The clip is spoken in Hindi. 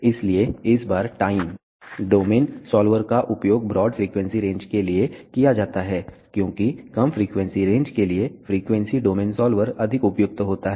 इसलिए इस बार टाइम डोमेन सॉल्वर का उपयोग ब्रॉड फ्रीक्वेंसी रेंज के लिए किया जाता है क्योंकि कम फ्रीक्वेंसी रेंज के लिए फ़्रीक्वेंसी डोमेन सॉल्वर अधिक उपयुक्त होता है